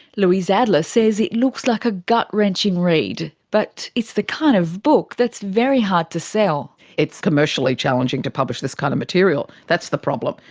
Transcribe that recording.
louise adler says it looks like a gut-wrenching read, but it's the kind of book that's very hard to sell. it's commercially challenging to publish this kind of material, that's the problem,